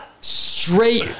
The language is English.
straight